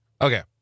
Okay